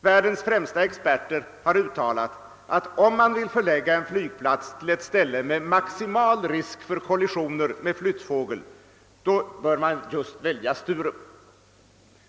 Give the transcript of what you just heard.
Världens främsta experter har uttalat, att om man vill förlägga en flygplats till ett ställe med maximal risk för kollisioner med flyttfågel man bör välja just Sturup.